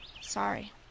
Sorry